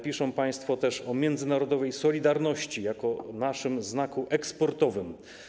Piszą państwo też o międzynarodowej solidarności jako naszym znaku eksportowym.